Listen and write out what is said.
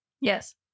Yes